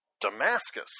Damascus